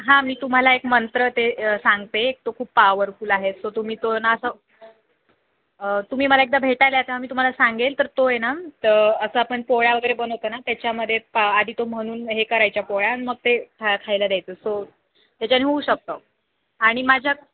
हां मी तुम्हाला एक मंत्र ते सांगते एक तो खूप पवरफुल आहे सो तुम्ही तोंडा न अ तुम्ही मला एकदा भेटायला याना तर मी तुम्हाला सांगेल तर तो आहे ना त असं आपण पोळ्या वगैरे बनवतो ना त्याच्यामध्ये पा आधी तो म्हणून हे करायच्या पोळ्या आणि मग ते खा खायला द्यायचं सो त्याच्याने होऊ शकतो आणि माझ्या